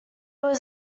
was